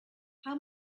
how